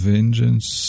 Vengeance